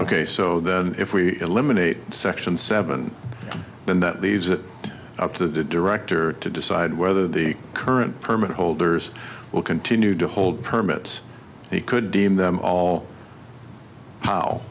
case so that if we eliminate section seven then that leaves it up to the director to decide whether the current permit holders will continue to hold permits he could deem them all